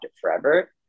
forever